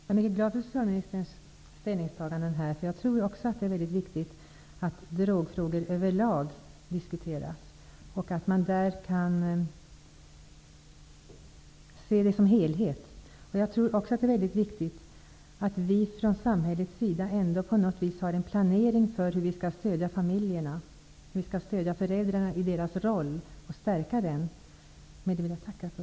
Fru talman! Jag är glad för socialministerns ställningstagande. Jag tror också att det är viktigt att drogfrågor diskuteras överlag. Frågorna måste ses i sin helhet. Jag tror också att det är viktigt att vi från samhällets sida har en plan för hur familjerna kan stödjas. Det gäller framför allt ett stöd och ett stärkande av föräldrarna i föräldrarollen.